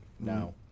No